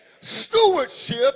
stewardship